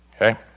okay